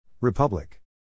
Republic